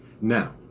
Now